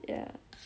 ya